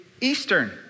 Eastern